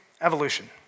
evolution